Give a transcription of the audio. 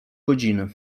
godziny